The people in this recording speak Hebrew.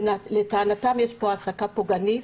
לטענתם יש כאן העסקה פוגענית,